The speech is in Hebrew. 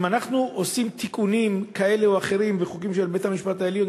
אם אנחנו עושים תיקונים כאלה או אחרים בחוקים של בית-המשפט העליון,